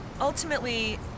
ultimately